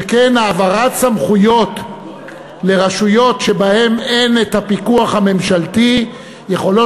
שכן העברת סמכויות לרשויות שאין פיקוח ממשלתי עליהן יכולה